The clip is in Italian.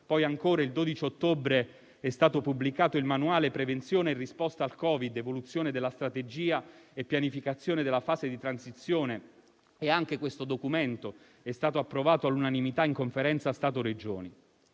mentre il 12 ottobre è stato pubblicato il manuale «Prevenzione e risposta al Covid-19: evoluzione della strategia e pianificazione della fase di transizione per il periodo autunno-invernale» (anche questo documento è stato approvato all'unanimità in Conferenza Stato-Regioni).